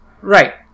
Right